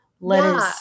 letters